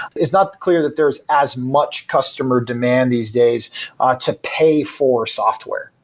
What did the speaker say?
it's not clear that there is as much customer demand these days ah to pay for software,